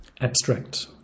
Abstract